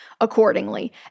accordingly